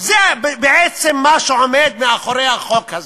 זה בעצם מה שעומד מאחורי החוק הזה.